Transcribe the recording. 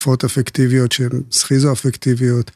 תופעות אפקטיביות של סכיזו-אפקטיביות.